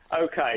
Okay